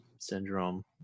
Syndrome